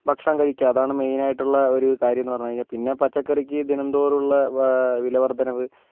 ഭക്ഷണം കഴിക്കാം അതാണ് മെയിനായിട്ടുള്ള ഒരു കാര്യമെന്ന് പറഞ്ഞ് കഴിഞ്ഞാൽ പിന്നെ പച്ചക്കറിക്ക് ദിനംതോറും ഉള്ള വിലവർധനവ്